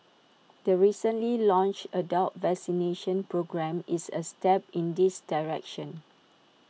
the recently launched adult vaccination programme is A step in this direction